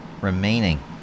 remaining